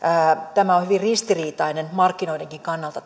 tämä postilaki on hyvin ristiriitainen markkinoiden kannalta